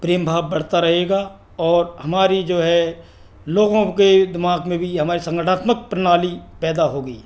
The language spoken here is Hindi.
प्रेम भाव बढ़ता रहेगा और हमारी जो है लोगों के दिमाग में भी हमारे संगठनात्मक प्रणाली पैदा होंगी